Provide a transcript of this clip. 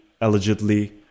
allegedly